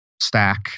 stack